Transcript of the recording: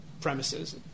premises